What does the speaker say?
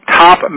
top